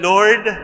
Lord